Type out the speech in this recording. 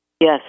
Yes